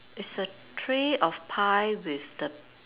is a tray of pie with the